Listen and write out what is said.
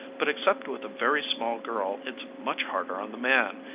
but except with a very small girl it's much harder on the man,